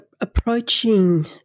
approaching